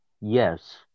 Yes